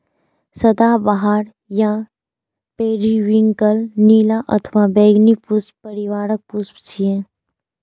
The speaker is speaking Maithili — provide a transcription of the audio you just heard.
सदाबहार या पेरिविंकल नीला अथवा बैंगनी पुष्प परिवारक पुष्प छियै